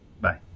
Bye